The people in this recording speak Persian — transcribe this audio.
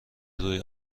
روی